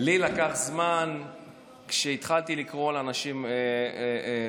לי לקח זמן עד שהתחלתי לקרוא אנשים לסדר,